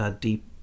Deep